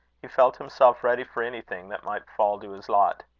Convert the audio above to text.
he felt himself ready for anything that might fall to his lot.